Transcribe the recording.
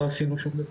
לא עשינו שום דבר,